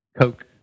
Coke